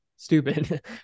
Stupid